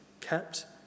kept